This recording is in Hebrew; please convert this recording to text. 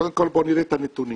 קודם כל בוא נראה את הנתונים.